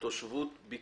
קטגוריה לתושבות?